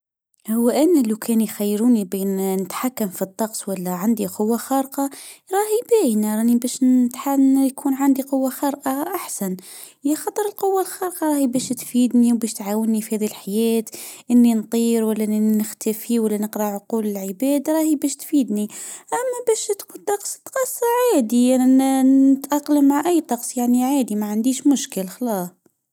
هو اني لو كان يخيروني بين نتحكم في الطقس ولا عندي قوة خارقة. يكون عندي قوة خارقة احسن. باش تفيدني باش تعاونا فهاد الحياة. اني نطير ولا نختفي ولا نقرا عقول العباد راهي بش تفيدني اما بش الطقس باش عادي نتاقلم مع اي طقس يعني عادي معنديش مشكل خلاص.